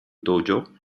dojo